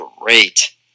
great